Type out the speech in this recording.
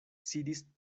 sidis